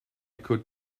could